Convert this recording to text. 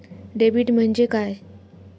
Debit म्हणजे काय?